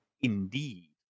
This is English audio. Indeed